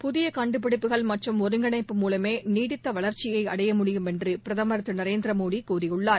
புதியகண்டுபிடிப்புகள் மற்றம் ஒருங்கிணைப்பு மூலமேநீடித்தவளர்ச்சியைஅடைய முடியும் என்று பிரதமர் திருநரேந்திரமோடிகூறியுள்ளார்